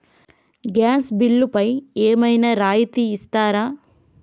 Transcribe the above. Gas బిల్లుపై ఏమైనా రాయితీ ఇస్తారా?